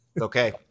Okay